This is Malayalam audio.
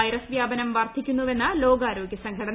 വൈറസ് വൃാപനം വർദ്ധിക്കുന്നുവെന്ന് ലോകാരോഗൃസംഘടന